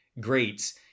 greats